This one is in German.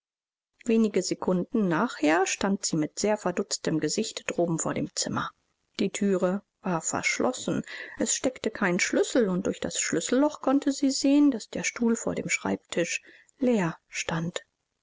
wenige sekunden nachher stand sie mit sehr verdutztem gesicht droben vor dem zimmer die thüre war verschlossen es steckte kein schlüssel und durch das schlüsselloch konnte sie sehen daß der stuhl vor dem schreibtisch leer stand